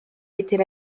était